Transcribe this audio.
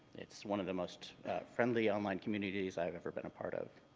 it's one of the most friendly online communities i have ever been a part of.